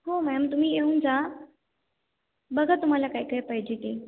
हो मॅम तुम्ही येऊन जा बघा तुम्हाला काय काय पाहिजे आहे ते